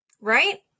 right